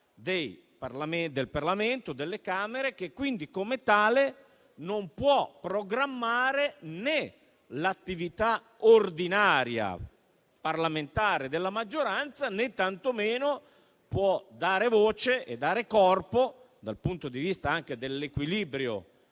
del Parlamento, che, come tale, non può né programmare l'attività ordinaria parlamentare della maggioranza, né tantomeno dare voce e corpo, dal punto di vista anche dell'equilibrio